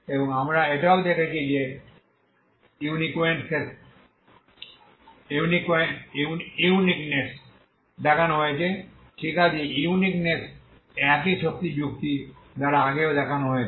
এবং আমরা এটাও দেখেছি যে ইউনিকনেস দেখানো হয়েছে ঠিক আছে ইউনিকনেস একই শক্তি যুক্তি দ্বারা আগে দেখানো হয়েছে